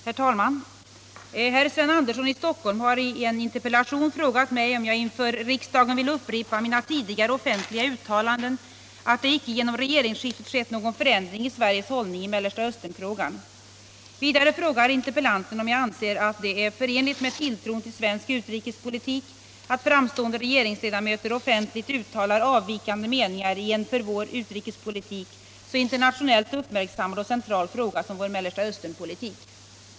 Herr talman! Herr Sven Andersson i Stockholm har i en interpellation frågat om jag inför riksdagen vill upprepa mina tidigare offentliga uttalanden att det icke genom regeringsskiftet skett någon förändring i Sveriges hållning i Mellersta Östern-frågan. Vidare frågar interpellanten om jag anser att det är förenligt med tilltron till svensk utrikespolitik att framstående regeringsledamöter offentligt uttalar avvikande meningar i en för vår utrikespolitik så internationellt uppmärksammad och central fråga som vår Mellersta Östern-politik.